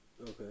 Okay